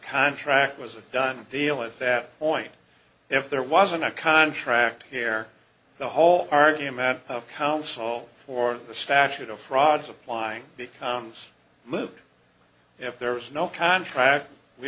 contract was a done deal at that point if there wasn't a contract here the whole argument of counsel or the statute of frauds applying becomes moot if there is no contract we